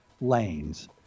lanes